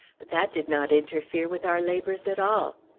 but that did not interfere with our labors at all.